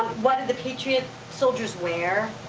what did the patriot soldiers wear?